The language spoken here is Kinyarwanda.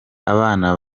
abana